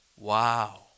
Wow